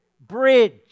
bridge